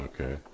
Okay